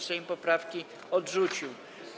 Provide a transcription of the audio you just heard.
Sejm poprawki odrzucił.